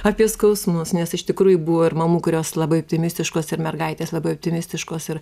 apie skausmus nes iš tikrųjų buvo ir mamų kurios labai optimistiškos ir mergaitės labai optimistiškos ir